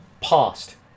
past